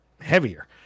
heavier